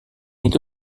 itu